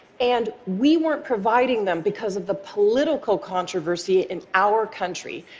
and we weren't providing them because of the political controversy in our country,